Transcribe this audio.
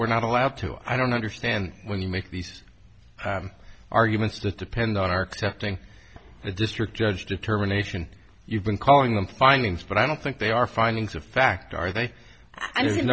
we're not allowed to i don't understand when you make these arguments that depend on our accepting the district judge determination you've been calling them findings but i don't think they are findings of fact are they i